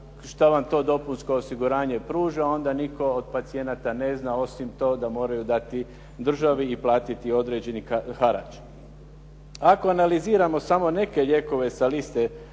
što vam to dopunsko osiguranje pruža, onda nitko od pacijenata ne zna osim to da moraju dati državi i platiti određeni harač. Ako analiziramo samo neke lijekove sa liste